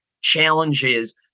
challenges